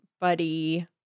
Buddy